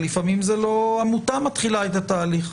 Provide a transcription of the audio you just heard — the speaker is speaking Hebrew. אבל לפעמים לא עמותה מתחילה את התהליך,